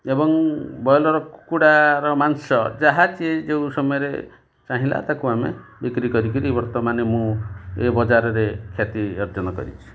ଏବଂ ବ୍ରଏଲର୍ କୁକୁଡ଼ାର ମାଂସ ଯାହା ଯେଉଁ ସମୟରେ ଚାହିଁଲା ତାକୁ ଆମେ ବିକ୍ରି କରିକିରି ବର୍ତ୍ତମାନ ମୁଁ ଏ ବଜାରରେ ଖ୍ୟାତି ଅର୍ଜନ କରିଛି